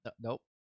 Nope